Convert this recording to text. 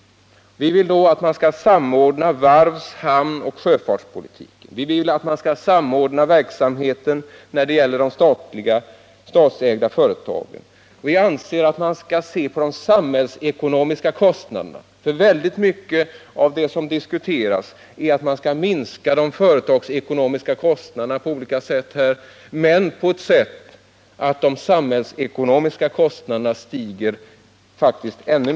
Vi vill att man skall samordna varvs-, hamnoch sjöfartspolitiken och samordna verksamheten för de statsägda fartygen. Vi anser att man skall se på de samhällsekonomiska kostnaderna. Väldigt mycket i diskussionen handlar om att man skall minska de företagsekonomiska kostnaderna på olika sätt så att de samhällsekonomiska kostnaderna faktiskt stiger ännu mera.